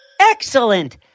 Excellent